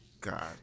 God